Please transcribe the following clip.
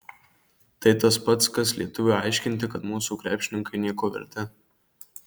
tai tas pats kas lietuviui aiškinti kad mūsų krepšininkai nieko verti